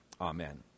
Amen